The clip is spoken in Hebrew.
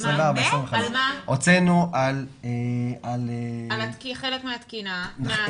הוצאתם על חלק מהתקינה.